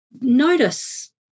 notice